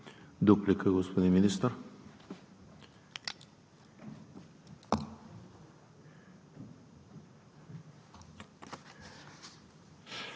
Дуплика, господин Министър.